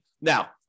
Now